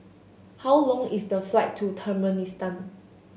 how long is the flight to Turkmenistan